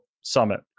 Summit